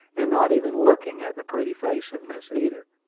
and not even looking at the pretty face of miss edith.